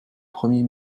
premier